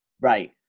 Right